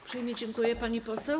Uprzejmie dziękuję, pani poseł.